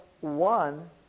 one